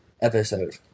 episode